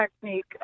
technique